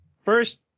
First